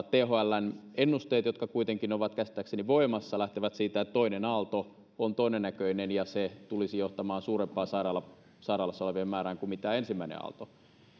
thln ennusteet jotka kuitenkin ovat käsittääkseni voimassa lähtevät siitä että toinen aalto on todennäköinen ja se tulisi johtamaan suurempaan sairaalassa sairaalassa olevien määrään kuin ensimmäinen aalto